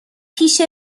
پیش